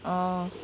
orh